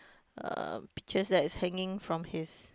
um peaches that is hanging from his